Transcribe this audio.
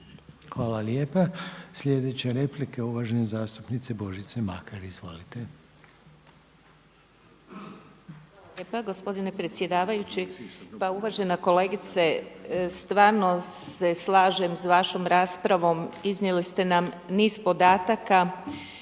Hvala lijepa. Sljedeća replika je uvažene zastupnice Božice Makar. Izvolite. **Makar, Božica (HNS)** Hvala lijepa gospodine predsjedavajući. Pa uvažena kolegice stvarno se slažem s vašom raspravom, iznijeli ste nam niz podataka